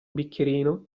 bicchierino